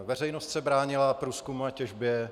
Veřejnost se bránila průzkumu a těžbě.